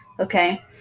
okay